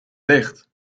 licht